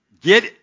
Get